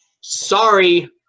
sorry